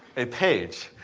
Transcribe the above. a page.